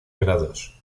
grados